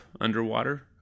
underwater